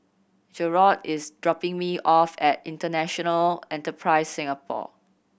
Jerrold is dropping me off at International Enterprise Singapore